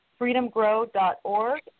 freedomgrow.org